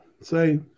say